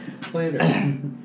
Slander